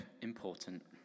important